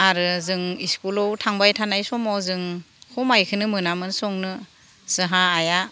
आरो जों इस्कुलाव थांबाय थानाय समाव जों समायखोनो मोनामोन संनो जाहा आइआ